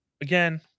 again